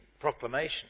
proclamation